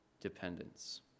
dependence